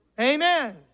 Amen